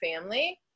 family